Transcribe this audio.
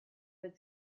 its